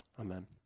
amen